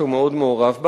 שהוא מאוד מעורב בה.